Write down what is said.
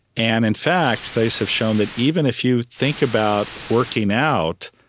and in fact, studies have shown that even if you think about working out,